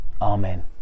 Amen